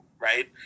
right